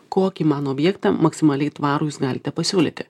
kokį man objektą maksimaliai tvarų jūs galite pasiūlyti